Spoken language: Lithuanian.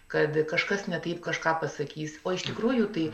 kad kažkas ne taip kažką pasakys o iš tikrųjų tai